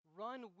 run